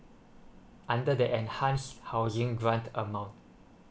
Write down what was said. under the enhanced housing grant amount